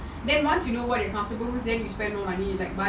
then once you know what you comfortable with then you spend more money and buy